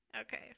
Okay